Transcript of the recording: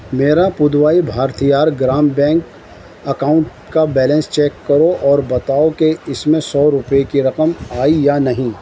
میرا Puduvai Bharathiar Grama bank account کا balance check کرو اور بتاؤ کہ اس میں سو روپے کی رقم آئی یا نہیں